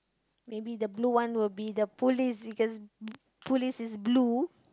maybe the blue one will be the police because police is blue